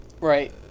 right